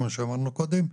כמו שאמרנו קודם,